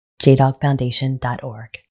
jdogfoundation.org